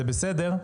זה בסדר,